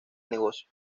negocio